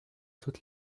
toute